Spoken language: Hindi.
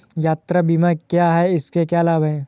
यात्रा बीमा क्या है इसके क्या लाभ हैं?